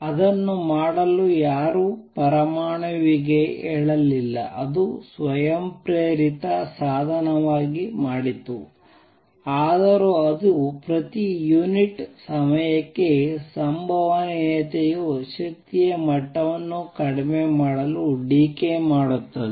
ಅದನ್ನು ಮಾಡಲು ಯಾರೂ ಪರಮಾಣುವಿಗೆ ಹೇಳಲಿಲ್ಲ ಅದು ಸ್ವಯಂಪ್ರೇರಿತ ಸಾಧನವಾಗಿ ಮಾಡಿತು ಆದರೂ ಅದು ಪ್ರತಿ ಯುನಿಟ್ ಸಮಯಕ್ಕೆ ಸಂಭವನೀಯತೆಯು ಶಕ್ತಿಯ ಮಟ್ಟವನ್ನು ಕಡಿಮೆ ಮಾಡಲು ಡೀಕೇ ಮಾಡುತ್ತದೆ